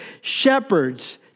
shepherds